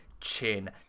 Chin